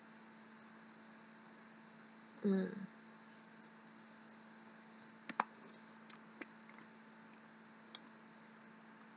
mm